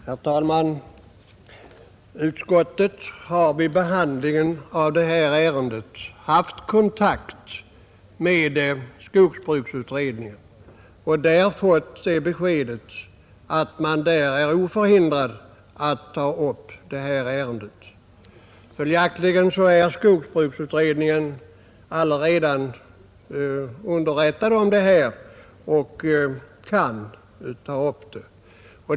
Herr talman! Utskottet har vid behandlingen av detta ärende haft kontakt med skogsbruksutredningen och fått beskedet att den är oförhindrad att ta upp ärendet. Följaktligen är skogsbruksutredningen redan underrättad och kan ta upp frågan.